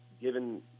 given